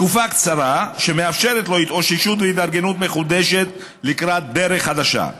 תקופה קצרה שמאפשרת לו התאוששות והתארגנות מחודשת לקראת דרך חדשה.